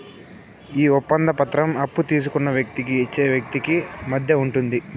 ఈ ఒప్పంద పత్రం అప్పు తీసుకున్న వ్యక్తికి ఇచ్చే వ్యక్తికి మధ్య ఉంటుంది